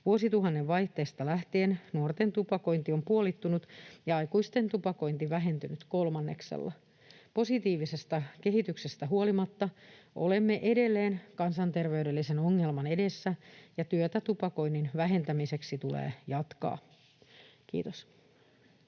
Vuosituhannen vaihteesta lähtien nuorten tupakointi on puolittunut ja aikuisten tupakointi vähentynyt kolmanneksella. Positiivisesta kehityksestä huolimatta olemme edelleen kansanterveydellisen ongelman edessä, ja työtä tupakoinnin vähentämiseksi tulee jatkaa. — Kiitos.